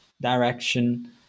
direction